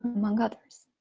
among others.